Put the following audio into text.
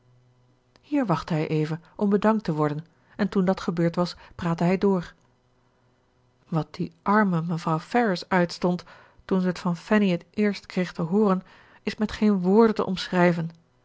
hier wachtte hij even om bedankt te worden en toen dat gebeurd was praatte hij door wat dit arme mevrouw ferrars uitstond toen ze t van fanny het eerst kreeg te hooren is met geen woorden te omschrijven